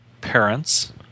parents